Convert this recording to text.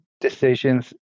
decisions